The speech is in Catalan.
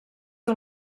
que